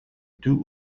deux